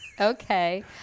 Okay